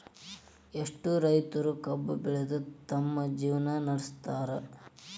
ಎಷ್ಟೋ ರೈತರು ಕಬ್ಬು ಬೆಳದ ತಮ್ಮ ಜೇವ್ನಾ ನಡ್ಸತಾರ